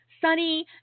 sunny